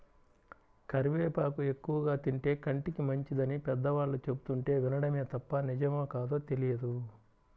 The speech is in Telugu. కరివేపాకు ఎక్కువగా తింటే కంటికి మంచిదని పెద్దవాళ్ళు చెబుతుంటే వినడమే తప్ప నిజమో కాదో తెలియదు